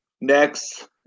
next